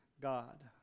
God